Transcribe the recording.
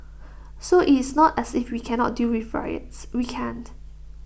so it's not as if we cannot deal with riots we can't